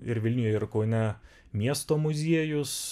ir vilniuje ir kaune miesto muziejus